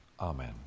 Amen